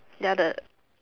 ya the